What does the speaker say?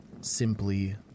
simply